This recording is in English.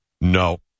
No